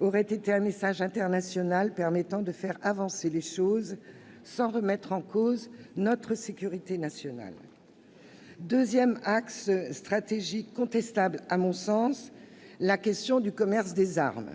aurait été un message international permettant de faire avancer les choses, sans remettre en cause notre sécurité nationale. Dernier axe stratégique, contestable à mon sens, la question du commerce des armes.